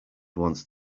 once